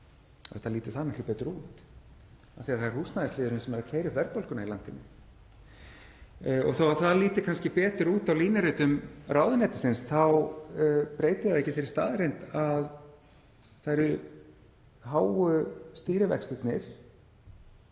Þetta lítur það miklu betur út af því að það er húsnæðisliðurinn sem er að keyra upp verðbólguna í landinu. Þó að það líti kannski betur út í línuritum ráðuneytisins þá breytir það ekki þeirri staðreynd að það eru háu stýrivextirnir